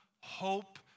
hope